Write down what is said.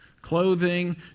clothing